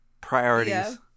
priorities